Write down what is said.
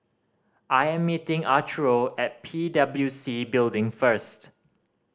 I am meeting Arturo at P W C Building first